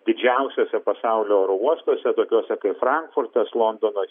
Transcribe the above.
didžiausiuose pasaulio oro uostuose tokiuose kaip frankfurtas londonas